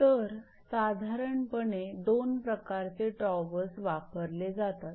तर साधारणपणे दोन प्रकारचे टॉवर्स वापरले जातात